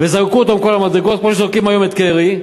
וזרקו אותו מכל המדרגות, כמו שזורקים היום את קרי.